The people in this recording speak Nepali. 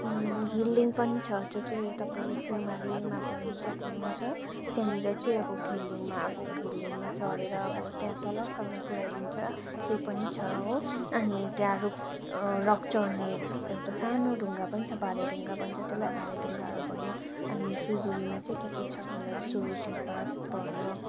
घिर्लिङ पनि छ त्यो चाहिँ तपाईँले सिंहमारीमा पाउनु सक्नुहुन्छ त्यहाँनिर चाहिँ अब घिर्लिङमा अब घिर्लिङमा चढेर अब त्यहाँ तलसम्म पुर्याइदिन्छ त्यो पनि छ हो अनि त्यहाँ रक रक चढ्ने एउटा सानो ढुङ्गा पनि छ भाले ढुङ्गा भन्छ त्यसलाई भाले ढुङ्गाहरू भयो अनि सिलगढीमा चाहिँ के के छ भन्दा चाहिँ जुरासिक पार्क भयो